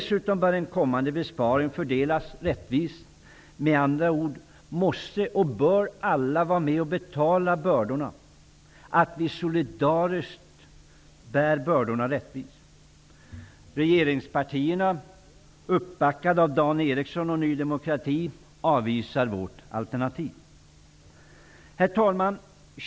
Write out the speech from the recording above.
Desutom bör en kommande besparing fördelas rättvist. Med andra ord bör, ja, måste, alla vara med och betala och därmed bära bördorna. Det gäller att vi solidariskt bär bördorna rättvist. Regeringspartierna uppbackade av Dan Eriksson i Stockholm och Ny demokrati avvisar vårt alternativ.